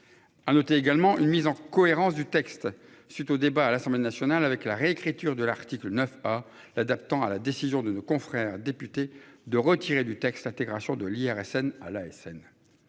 À noter également une mise en cohérence du texte, suite au débat à l'Assemblée nationale avec la réécriture de l'article 9 pas l'adaptant à la décision de nos confrères député de retirer du texte intégration de l'IRSN à l'ASN.